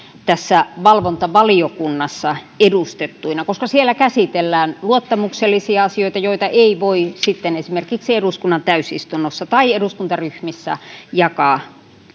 tässä valvontavaliokunnassa edustettuina koska siellä käsitellään luottamuksellisia asioita joita ei voi sitten esimerkiksi eduskunnan täysistunnossa tai eduskuntaryhmissä jakaa